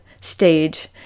stage